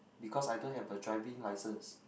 because I don't have a driving license